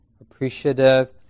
appreciative